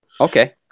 Okay